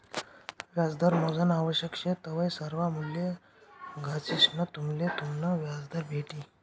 व्याजदर मोजानं आवश्यक शे तवय सर्वा मूल्ये घालिसंन तुम्हले तुमनं व्याजदर भेटी